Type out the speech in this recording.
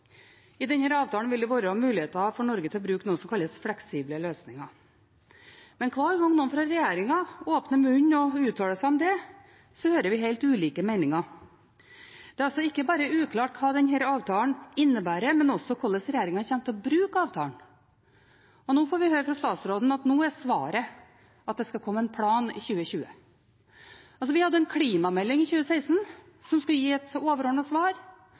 har den aller beste planen å legge fram – om en stund. Dette har det vært tendenser til i dag også. Jeg har lyst til å påpeke et par ting knyttet til innstillingen. For det første: I denne avtalen vil det være mulig for Norge å bruke noe som kalles fleksible løsninger. Men hver gang noen fra regjeringen åpner munnen og uttaler seg om det, hører vi helt ulike meninger. Det er altså ikke bare uklart hva denne avtalen innebærer, men også hvordan regjeringen kommer til å bruke avtalen. Nå får vi høre fra statsråden at det skal komme